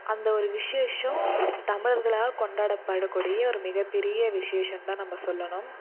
அந்த ஒரு விஷேஷம் தமிழர்களால் கொண்டாடப்படக்கூடிய ஒரு மிகப்பெரிய விஷேஷன்னு தான் நம்ம சொல்லணும்